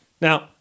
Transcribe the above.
Now